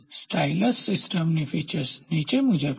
stylus સિસ્ટમની features નીચે મુજબ છે